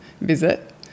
visit